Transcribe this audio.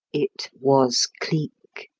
it was cleek.